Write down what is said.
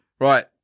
Right